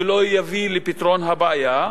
ולא יביא לפתרון הבעיה,